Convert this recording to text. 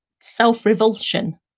self-revulsion